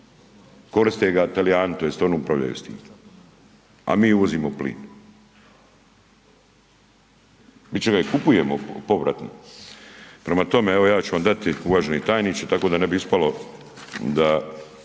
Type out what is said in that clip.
koriste ga Talijani tj. oni upravljaju s tim, a mi uvozimo plin. Bit će da ga i kupujemo povratno. Prema tome, evo ja ću vam dati uvaženi tajniče tako da ne bi ispalo da